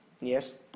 Yes